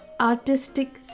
artistic